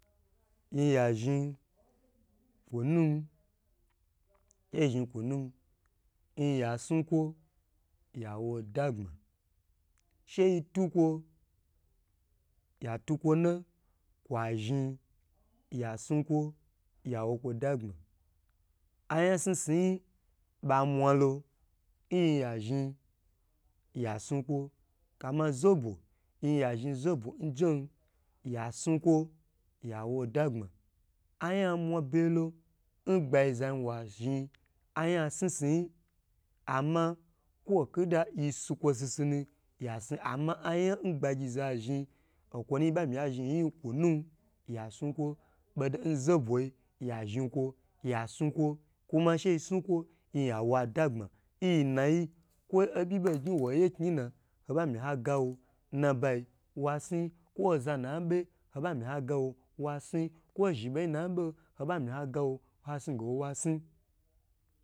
Yi ya zhn kunu yi ya snu kwo yawo dagbma sheyi tukwo yatukwo na kwa zhn ya sni kwo yawo kwo dagbma ayan sni sni yi ba mwalo nya zhn ya sni kwo ama zobo yaya zobo njon n ya sni kwo yaw dagbm aya mwabe gye lon ngbaza wa zhn aya sni sni yi ama kwoki da yi si kwo si si na ya sni ama ayan n gbagyi za zhn okwo nu yi ba mi ya zhn yi yin kwonu zhn kunu ya si kwo bo do n zobo yi, ya zhni kwo ya su kwo kwu ma she yi su kwo yawo adagbma nyi nayi kwo obyi bo gynwo ye knina ho ba mi hagawo nnabai wasi kwo ozanu na bye hoba mi hagowo wasi, nzhi beyi naboho ho bama ha gawo ha si gawo wa sni